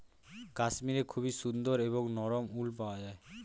কাশ্মীরে খুবই সুন্দর এবং নরম উল পাওয়া যায়